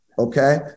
Okay